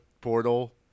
portal